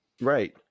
Right